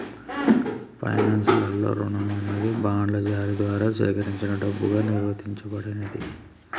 finance లలో రుణం అనేది బాండ్ల జారీ ద్వారా సేకరించిన డబ్బుగా నిర్వచించబడినాది